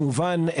כמובן,